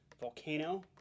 volcano